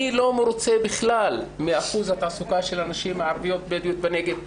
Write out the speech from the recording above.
אני לא מרוצה בכלל משיעור התעסוקה של נשים ערביות בדואיות בנגב.